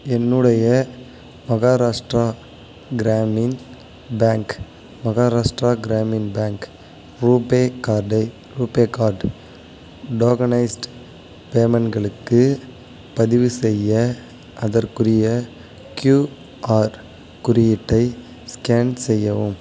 என்னுடைய Maharashtra Gramin bank Maharashtra Gramin bank RuPay கார்டை RuPay card tokenized பேமெண்ட்களுக்கு பதிவுசெய்ய அதற்குரிய க்யூஆர் குறியீட்டை ஸ்கேன் செய்யவும்